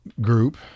group